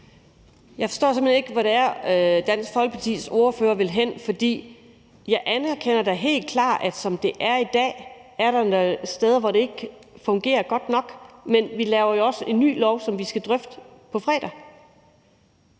hen ikke, hvor Dansk Folkepartis ordfører vil hen, for jeg anerkender da helt klart, at som det er i dag, er der steder, hvor det ikke fungerer godt nok. Men vi har jo også et nyt lovforslag, som vi skal drøfte på fredag,